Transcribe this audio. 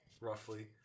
roughly